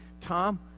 Tom